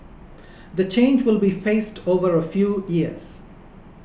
the change will be phased over a few years